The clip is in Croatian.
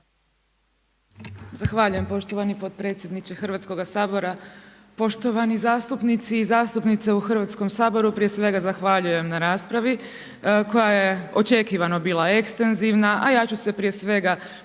Zahvaljujem poštovani potpredsjedniče Hrvatskog sabora. Poštovani zastupnici i zastupnice u Hrvatskom saboru, prije svega zahvaljujem na raspravi, koja je očekivano bila ekstenzivna, a ja ću se prije svega